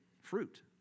fruit